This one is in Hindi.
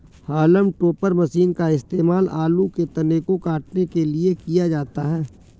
हॉलम टोपर मशीन का इस्तेमाल आलू के तने को काटने के लिए किया जाता है